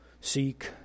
seek